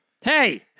hey